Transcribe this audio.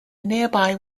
nearby